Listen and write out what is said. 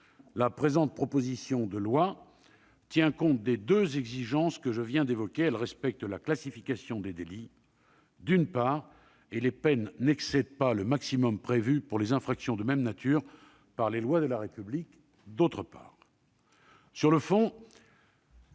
La présente proposition de loi tient compte des deux exigences que je viens d'évoquer ; d'une part, elle respecte la classification des délits et, d'autre part, les peines n'excèdent pas le maximum prévu, pour les infractions de même nature, par les lois de la République. Sur le